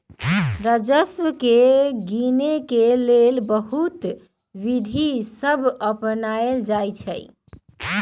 राजस्व के गिनेके लेल बहुते विधि सभ अपनाएल जाइ छइ